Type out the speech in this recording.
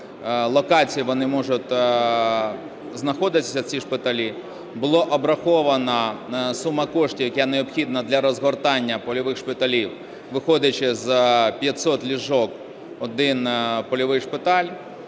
локації вони можуть знаходитися, ці шпиталі. Була обрахована сума коштів, яка необхідна для розгортання польових шпиталів, виходячи з 50 ліжок – один польовий шпиталь,